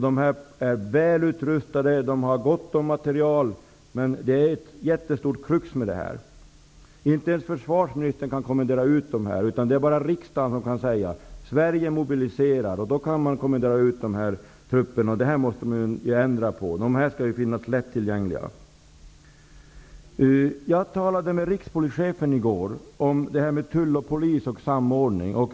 De är välutrustade och har gott om materiel. Men det finns ett stort krux. Inte ens försvarsministern kan kommendera ut dessa trupper. Det är bara riksdagen som kan säga att Sverige skall mobilisera och kommendera ut dem. Detta måste man ändra på. Dessa skall ju finnas lättillgängliga. Jag talade med rikspolischefen i går om samordningen mellan tull och polis.